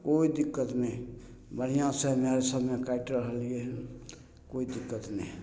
कोइ दिक्कत नहि बढ़िआँसँ समय कटि रहलइ कोइ दिक्कत नहि